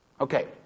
Okay